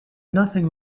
nothing